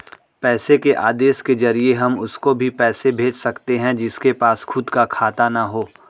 पैसे के आदेश के जरिए हम उसको भी पैसे भेज सकते है जिसके पास खुद का खाता ना हो